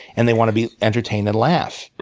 and they want to be entertained and laugh.